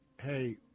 hey